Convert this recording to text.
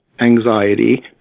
anxiety